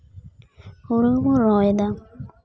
ᱦᱩᱲᱩ ᱠᱚ ᱨᱚᱦᱚᱭᱫᱟ